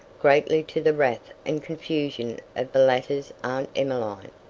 greatly to the wrath and confusion of the latter's aunt emmeline.